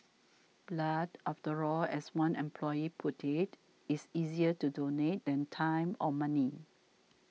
blood after all as one employee put it is easier to donate than time or money